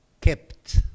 kept